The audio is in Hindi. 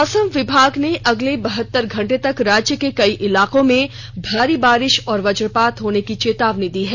मौसम विभाग ने अगले बहतर घंटे तक राज्य के कई इलाकों में भारी बारिष और वजपात होने की चेतावनी दी है